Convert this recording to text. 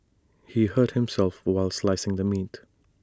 he hurt himself while slicing the meat